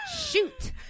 Shoot